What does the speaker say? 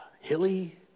Hilly